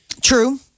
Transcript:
true